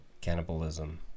cannibalism